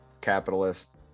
capitalist